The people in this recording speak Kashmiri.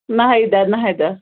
ناحیدہ ناحیدہ